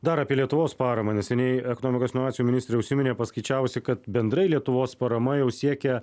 dar apie lietuvos paramą neseniai ekonomikos inovacijų ministrė užsiminė paskaičiavusi kad bendrai lietuvos parama jau siekia